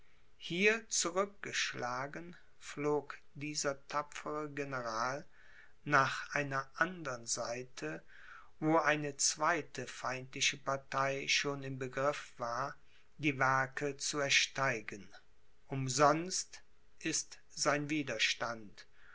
hier zurückgeschlagen flog dieser tapfere general nach einer andern seite wo eine zweite feindliche partei schon im begriff war die werke zu ersteigen umsonst ist sein widerstand